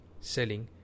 selling